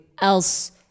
else